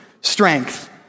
strength